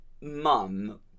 mum